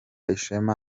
ishema